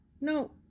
No